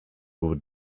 would